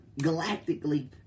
galactically